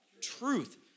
Truth